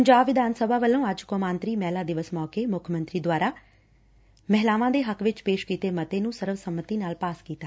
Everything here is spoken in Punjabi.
ਪੰਜਾਬ ਵਿਧਾਨ ਸਭਾ ਵੱਲੋ' ਅੱਜ ਕੌਮਾਂਤਰੀ ਮਹਿਲਾ ਦਿਵਸ ਮੌਕੇ ਮੁੱਖ ਮੰਤਰੀ ਦੁਆਰਾ ਮਹਿਲਾਵਾਂ ਦੇ ਹੱਕ ਵਿਚ ਪੇਸ਼ ਕੀਤੇ ਮਤੇ ਨੂੰ ਸਰਵ ਸੰਮਤੀ ਨਾਲ ਪਾਸ ਕੀਤਾ